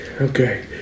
okay